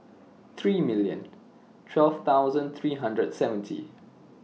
three million twelve thousand three hundred seventy